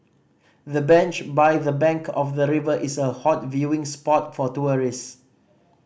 the bench by the bank of the river is a hot viewing spot for tourist